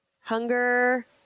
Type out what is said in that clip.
Hunger